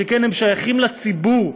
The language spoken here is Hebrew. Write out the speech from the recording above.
שכן הם שייכים לציבור,